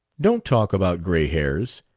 don't talk about gray hairs.